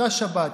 אותה שבת.